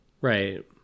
Right